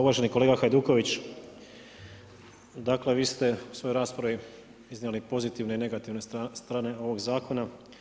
Uvaženi kolega Hajduković, dakle, vi ste u svojoj raspravi iznijeli pozitivne i negativne strane ovog zakona.